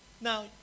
Now